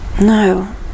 No